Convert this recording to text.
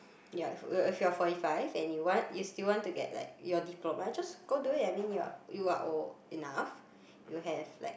ya if if you're forty five and you want you still want to get like your diploma just go do it I mean you are you are old enough you have like